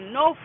no